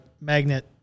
magnet